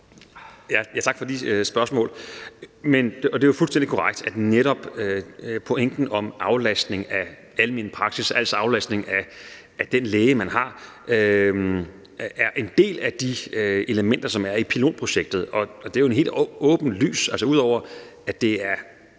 Tak for spørgsmålet. Det er fuldstændig korrekt, at netop pointen om aflastning af almen praksis, altså aflastning af den læge, man har, er en del af de elementer, som er i pilotprojektet. Det er jo helt åbenlyst. Altså, ud over at den